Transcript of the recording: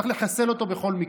צריך לחסל אותו בכל מקרה.